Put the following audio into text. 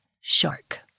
shark